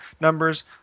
numbers